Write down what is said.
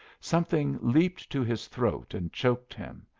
something leaped to his throat and choked him,